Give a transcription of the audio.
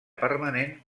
permanent